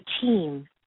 team